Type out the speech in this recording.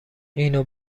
اینو